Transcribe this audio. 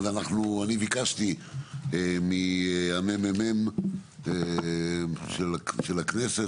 ביקשתי מהממ"מ של הכנסת,